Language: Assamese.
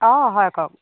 অ হয় কওক